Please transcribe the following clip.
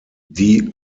die